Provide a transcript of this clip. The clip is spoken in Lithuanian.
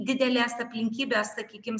didelės aplinkybės sakykim